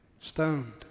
stoned